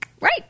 right